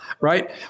right